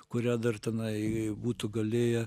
kurią dar tenai būtų galėję